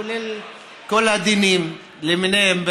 כולל כל הדינים למיניהם,